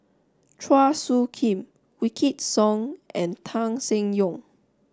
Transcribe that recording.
Chua Soo Khim Wykidd Song and Tan Seng Yong